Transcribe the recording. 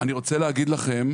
אני רוצה להגיד לכם,